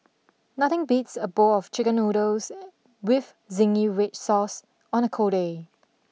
nothing beats a bowl of chicken noodles with zingy Red Sauce on a cold day